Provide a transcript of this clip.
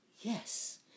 Yes